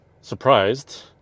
surprised